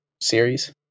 series